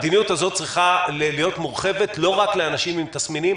המדיניות הזאת צריכה להיות מורחבת לא רק לאנשים עם תסמינים,